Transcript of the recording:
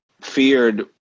feared